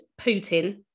Putin